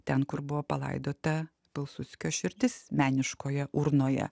ten kur buvo palaidota pilsudskio širdis meniškoje urnoje